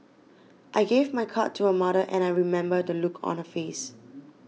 I gave my card to her mother and I remember the look on her face